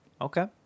Okay